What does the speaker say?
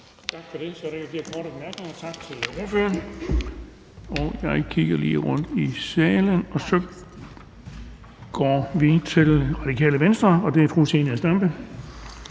Tak for det. Så er der ikke flere korte bemærkninger. Tak til ordføreren. Jeg kigger lige rundt i salen, og så går vi til Radikale Venstre med fru Zenia Stampe